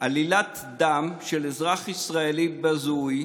עלילת דם של אזרח ישראלי בזוי,